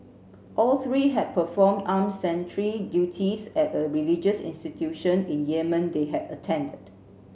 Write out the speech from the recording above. all three had performed armed sentry duties at a religious institution in Yemen they had attended